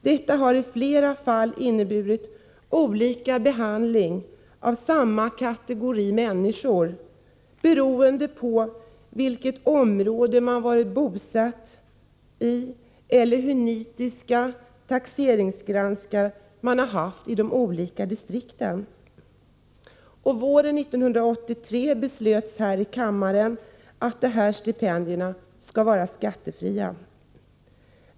Detta har i flera fall inneburit olika behandling av samma kategori människor, beroende på i vilket område man har varit bosatt eller hur nitiska taxeringsgranskare man har haft i de olika distrikten. Våren 1983 beslöts här i kammaren att dessa stipendier skall vara skattefria.